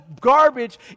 garbage